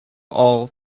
all